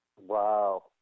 Wow